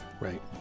Right